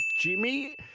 Jimmy